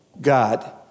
God